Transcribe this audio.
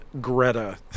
Greta